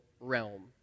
realm